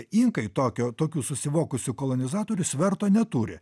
inkai tokio tokių susivokusių kolonizatorių sverto neturi